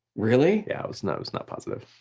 really? yeah, it was not was not positive.